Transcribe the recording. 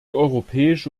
europäische